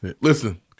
Listen